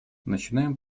начинаем